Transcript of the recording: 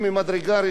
גם לאנשים,